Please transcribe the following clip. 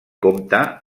compta